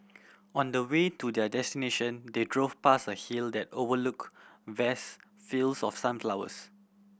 on the way to their destination they drove past a hill that overlooked vast fields of sunflowers